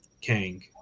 Kang